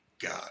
God